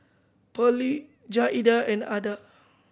Pearley Jaeda and Adah